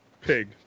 Pig